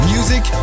Music